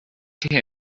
him